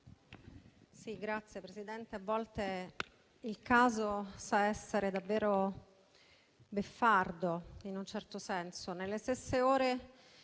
Signor Presidente, a volte il caso sa essere davvero beffardo, in un certo senso. Nelle stesse ore